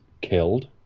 killed